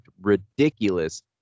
ridiculous